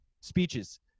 speeches